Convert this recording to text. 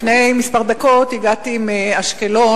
לפני כמה דקות הגעתי מאשקלון.